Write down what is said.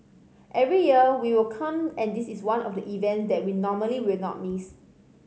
every year we will come and this is one of the event that we normally will not miss